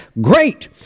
Great